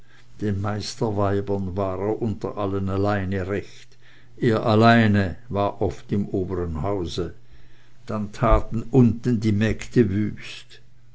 den meisterweibern war er unter allen alleine recht er alleine war oft im obern hause dann taten unten die mägde wüst